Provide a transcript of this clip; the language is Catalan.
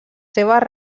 seves